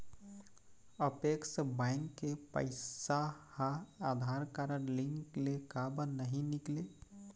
Apex bank के पैसा हा आधार कारड लिंक ले काबर नहीं निकले?